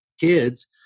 kids